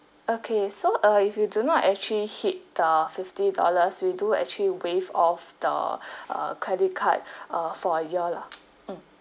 okay so uh if you do not actually hit the fifty dollars we do actually waive off the uh credit card uh for a year lah mm